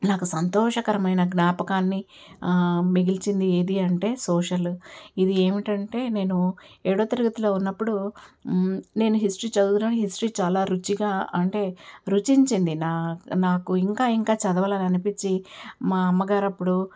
నాకు సంతోషకరమైన జ్ఞాపకాన్ని మిగిల్చింది ఏది అంటే సోషల్ ఇది ఏమిటి అంటే నేను ఏడవ తరగతిలో ఉన్నప్పుడు నేను హిస్టరీ చదువుతున్నాను హిస్టరీ చాలా రుచిగా అంటే రుచించింది నా నాకు ఇంకా ఇంకా చదవాలని అనిపించి మా అమ్మాగారు అప్పుడు